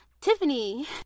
Tiffany